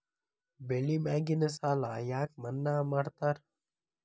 ಬೆಳಿ ಮ್ಯಾಗಿನ ಸಾಲ ಯಾಕ ಮನ್ನಾ ಮಾಡ್ತಾರ?